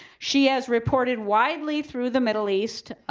she has reported widely through the middle east,